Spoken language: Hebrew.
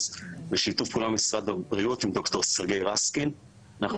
אז בשיתוף פעולה עם משרד הבריאות עם ד"ר סרגיי רסקין אנחנו